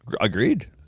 Agreed